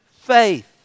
faith